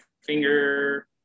finger